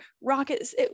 rockets